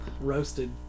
roasted